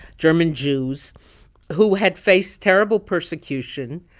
german jews who had faced terrible persecution.